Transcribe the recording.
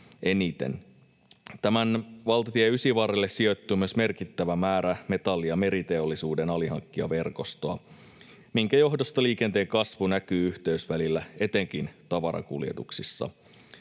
Valtatie ysin varrelle sijoittuu myös merkittävä määrä metalli‑ ja meriteollisuuden alihankkijaverkostoa, minkä johdosta liikenteen kasvu näkyy yhteysvälillä etenkin tavarakuljetuksissa.